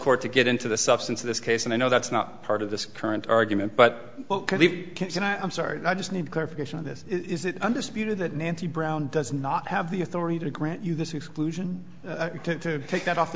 court to get into the substance of this case and i know that's not part of this current argument but i'm sorry i just need clarification on this is it under subpoena that nancy brown does not have the authority to grant you this exclusion to take that off the